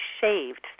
shaved